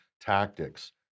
tactics